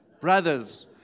brothers